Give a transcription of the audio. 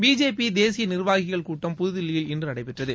B J P தேசிய நிர்வாகிகள் கூட்டம் புதுதில்லியில் இன்று நடைபெற்றது